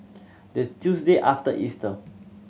the Tuesday after Easter